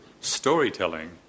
storytelling